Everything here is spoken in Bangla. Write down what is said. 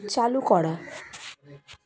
চালু করা